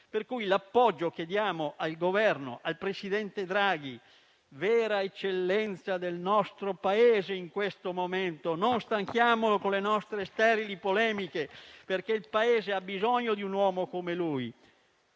nostro appoggio al Governo e al presidente Draghi, vera eccellenza del nostro Paese in questo momento, e non stanchiamolo con le nostre sterili polemiche, perché il Paese ha bisogno di un uomo come lui!